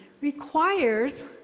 requires